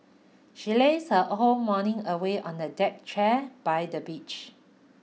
she lazed her whole morning away on a deck chair by the beach